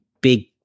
big